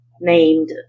named